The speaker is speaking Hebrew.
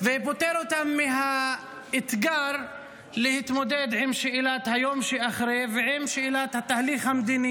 ופוטר אותם מהאתגר להתמודד עם שאלת היום שאחרי ועם שאלת התהליך המדיני,